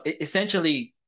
essentially